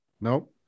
Nope